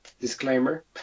Disclaimer